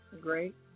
great